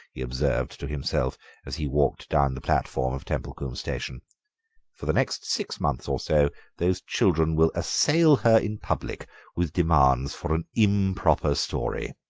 he observed to himself as he walked down the platform of templecombe station for the next six months or so those children will assail her in public with demands for an improper story!